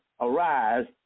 arise